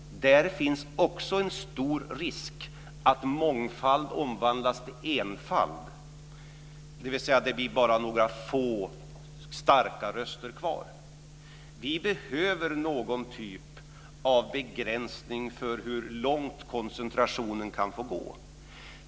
Där finns det också en stor risk för att mångfald omvandlas till enfald, dvs. att det bara blir några få starka röster kvar. Vi behöver någon typ av begränsning av hur långt koncentrationen kan få gå.